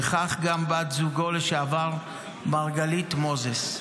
וכך גם בת זוגו לשעבר מרגלית מוזס.